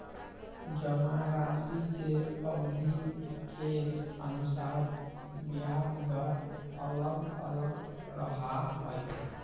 जमाराशि के अवधि के अनुसार ब्याज दर अलग अलग रहा हई